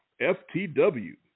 FTW